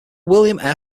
william